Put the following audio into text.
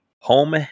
home